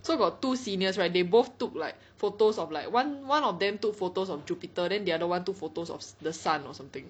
so got two seniors right they both took like photos of like one one of them took photos of Jupiter then the other one took photos of the sun or something